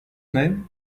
name